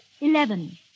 Eleven